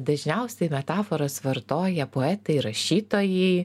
dažniausiai metaforas vartoja poetai rašytojai